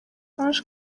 ange